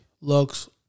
looks